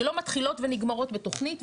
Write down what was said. שלא מתחילות ונגמרות בתוכנית,